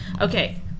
Okay